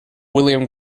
william